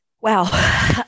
Wow